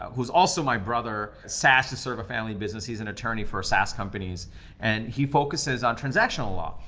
who's also my brother, sas is sort of a family business. he's an attorney for sas companies and he focuses on transactional law.